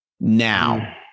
now